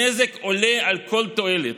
הנזק עולה על כל תועלת.